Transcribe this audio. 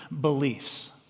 beliefs